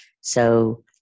so-